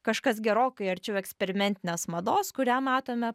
kažkas gerokai arčiau eksperimentinės mados kurią matome